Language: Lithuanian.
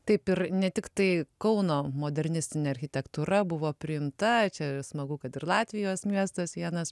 taip ir ne tiktai kauno modernistinė architektūra buvo priimta čia ir smagu kad ir latvijos miestas vienas